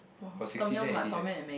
or sixty cent eighty cents